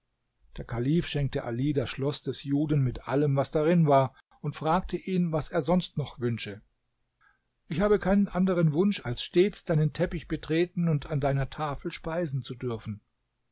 der kalif schenkte ali das schloß des juden mit allem was darin war und fragte ihn was er sonst noch wünsche ich habe keinen anderen wunsch als stets deinen teppich betreten und an deiner tafel speisen zu dürfen